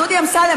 דודי אמסלם,